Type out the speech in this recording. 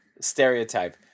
stereotype